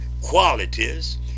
qualities